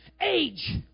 age